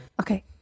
Okay